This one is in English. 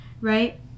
right